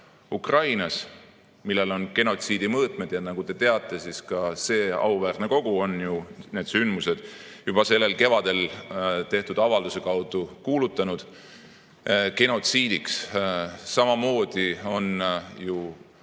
Ukrainas, millel on genotsiidi mõõtmed. Nagu te teate, ka see auväärne kogu on ju need sündmused juba sellel kevadel tehtud avalduse kaudu kuulutanud genotsiidiks. Samuti on